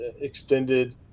extended